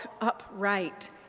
upright